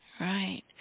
right